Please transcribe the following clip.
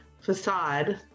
facade